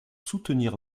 soutenir